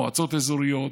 מועצות אזוריות,